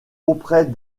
auprès